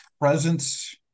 presence